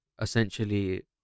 essentially